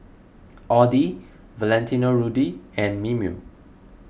Audi Valentino Rudy and Mimeo